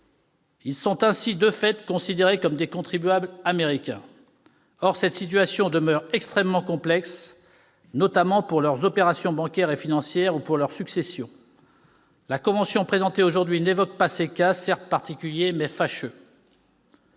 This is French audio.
Ils sont ainsi de fait considérés comme des contribuables américains. Or cette situation demeure extrêmement complexe, notamment pour leurs opérations bancaires et financières ou pour leurs successions. La convention présentée aujourd'hui n'évoque pas ces cas, certes particuliers, mais fâcheux.